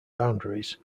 boundaries